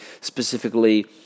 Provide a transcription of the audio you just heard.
Specifically